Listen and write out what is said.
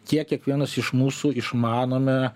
kiek kiekvienas iš mūsų išmanome